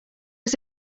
was